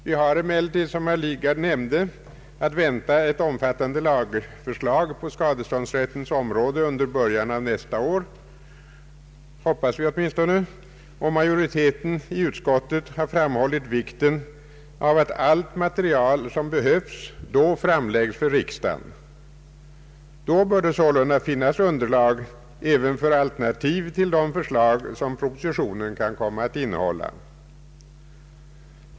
Vi har, som herr Lidgard nämnde, att vänta ett omfattande lagförslag på skadeståndsrättens område under början av nästa år — vi hoppas åtminstone det. Majoriteten inom utskottet har framhållit vikten av att allt material som behövs då framlägges för riksdagen. Det bör sålunda finnas underlag även för alternativ till det förslag som propositionen kan komma att innehålla.